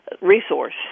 resource